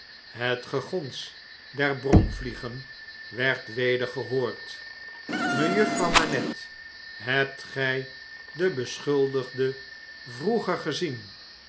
het gegons der bromvliegen werd weder gehoord mejuffrouw manette hebt gij den beschuldigde vroeger gezien